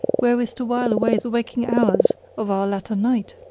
wherewith to while away the waking hours of our latter night.